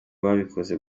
babikoze